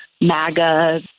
MAGA